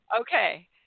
Okay